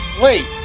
wait